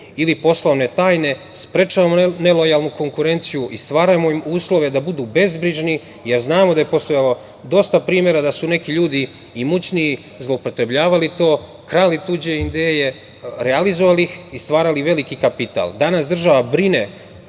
ili poslovne tajne, sprečavamo nelojalnu konkurenciju i stvaramo im uslove da budu bezbrižni, jer znamo da je postojalo dosta primera da su neki ljudi imućniji zloupotrebljavali to, krali tuđe ideje, realizovali ih i stvarali veliki kapital. Danas država brine